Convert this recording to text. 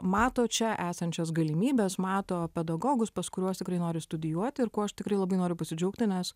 mato čia esančias galimybes mato pedagogus pas kuriuos tikrai nori studijuoti ir ko aš tikrai labai noriu pasidžiaugti nes